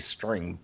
String